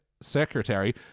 Secretary